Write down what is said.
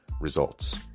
Results